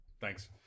thanks